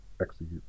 execute